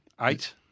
Eight